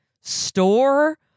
store